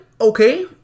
Okay